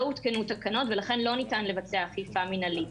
לא עודכנו תקנות ולכן לא ניתן לבצע אכיפה מנהלית.